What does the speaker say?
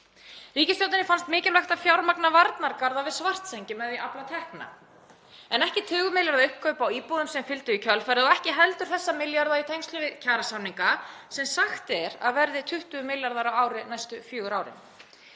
Ríkisstjórninni fannst mikilvægt að fjármagna varnargarða við Svartsengi með því að afla tekna en ekki tugmilljarða uppkaup á íbúðum sem fylgdu í kjölfarið og ekki heldur þessa milljarða í tengslum við kjarasamninga sem sagt er að verði 20 milljarðar á ári næstu fjögur árin.